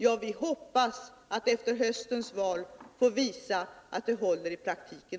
Ja, vi hoppas att efter höstens val få visa att det också håller i praktiken.